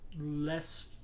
less